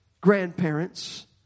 grandparents